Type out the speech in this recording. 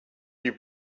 you